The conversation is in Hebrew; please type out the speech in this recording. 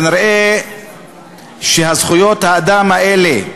נראה שזכויות האדם האלה,